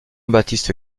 baptiste